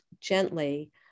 gently